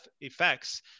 effects